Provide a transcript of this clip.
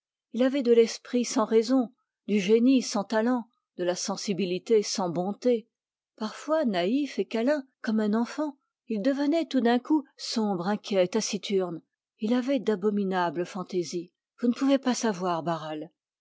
il avait de l'esprit sans raison du génie sans talent de la sensibilité sans bonté parfois naïf et câlin comme un enfant il devenait tout d'un coup sombre inquiet taciturne il avait d'abominables fantaisies vous ne pouvez pas savoir barral